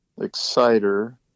Exciter